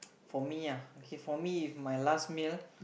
for me ah okay for me if my last meal